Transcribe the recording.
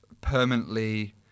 permanently